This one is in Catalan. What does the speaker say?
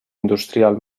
industrial